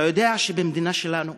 אתה יודע שבמדינה שלנו